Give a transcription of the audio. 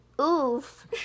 oof